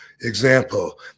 Example